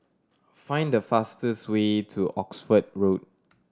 find the fastest way to Oxford Road